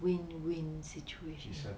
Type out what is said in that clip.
win win situation